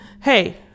hey